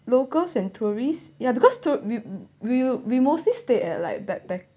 locals and tourists yeah because to~ we we we mostly stay at like backpack